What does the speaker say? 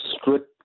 strict